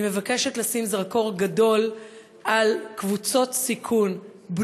אני מבקשת לשים זרקור גדול על קבוצות סיכון,